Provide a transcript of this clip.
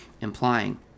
implying